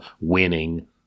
winning